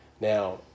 Now